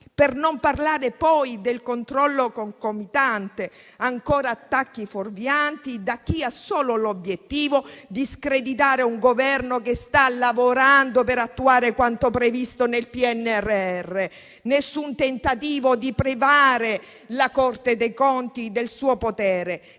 Per non parlare poi del controllo concomitante: ancora attacchi fuorvianti da chi ha solo l'obiettivo di screditare un Governo che sta lavorando per attuare quanto previsto nel PNRR. Non c'è nessun tentativo di privare la Corte dei conti del suo potere;